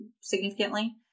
significantly